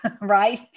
right